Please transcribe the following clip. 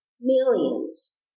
Millions